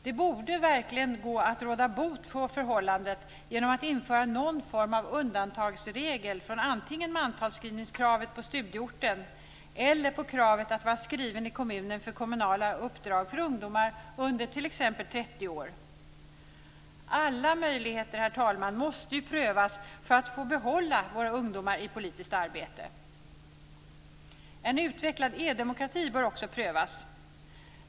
Det borde verkligen gå att råda bot på det förhållandet genom att införa någon form av undantagsregel för antingen mantalsskrivningskravet på studieorten eller kravet på att man ska vara skriven i kommunen för att få kommunala uppdrag för t.ex. ungdomar under 30 år. Alla möjligheter måste prövas, herr talman, för att vi ska få behålla våra ungdomar i politiskt arbete. En utvecklad e-demokrati bör också prövas.